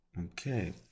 Okay